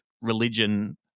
religion